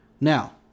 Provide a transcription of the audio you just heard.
Now